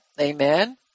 Amen